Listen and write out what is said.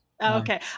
Okay